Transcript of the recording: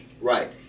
Right